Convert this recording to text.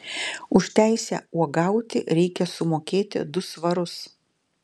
už teisę uogauti reikia sumokėti du svarus